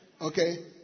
Okay